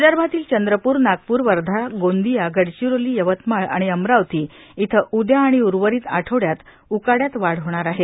विदर्भातील चंद्रपूर नागपूर वर्धा गोंदिया गडचिरोली यवतमाळ आणि अमरावती इथं उद्या आणि उर्वरित आठवड्यात उकाड्यात वाढ होणार आहे